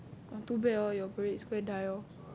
oh too bad lor your parade square die lor